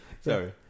Sorry